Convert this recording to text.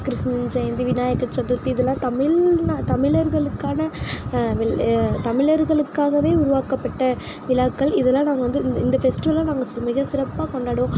கிருஷ்ண ஜெயந்தி விநாயகர் சதுர்த்தி இதெல்லாம் தமிழ் தமிழர்களுக்கான தமிழர்களுக்காகவே உருவாக்கப்பட்ட விழாக்கள் இதெல்லாம் நாங்கள் வந்து இந்த ஃபெஸ்ட்டிவல்லாம் நாங்கள் மிக சிறப்பாக கொண்டாடுவோம்